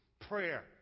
Prayer